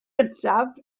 gyntaf